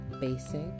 basic